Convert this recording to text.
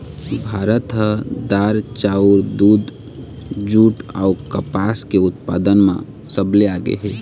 भारत ह दार, चाउर, दूद, जूट अऊ कपास के उत्पादन म सबले आगे हे